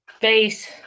face